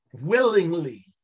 willingly